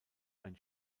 ein